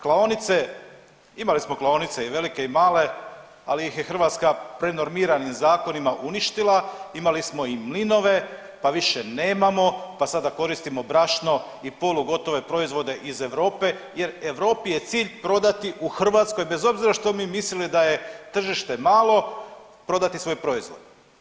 Klaonice, imali smo klaonice, i velike i male, ali ih je Hrvatska prenormiranim zakonima uništila, imali smo i mlinove pa više nemamo pa sada koristimo brašno i polugotove proizvode iz Europe jer Europi je cilj prodati u Hrvatskoj, bez obzira što mi mislili da je tržište malo, prodati svoj proizvoda.